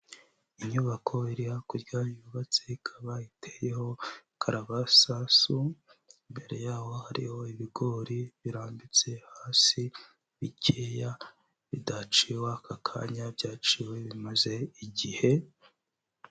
Inyubako iri hakurya yubatse ikaba iteyeho karabasasu, imbere yaho hariho ibigori birambitse hasi bikeya, bidaciwe aka kanya, byaciwe bimaze igihe.